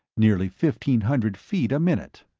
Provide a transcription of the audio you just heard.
nearly fifteen hundred feet a minute.